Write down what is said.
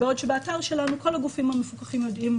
בעוד שבאתר שלנו כל הגופים המפוקחים יודעים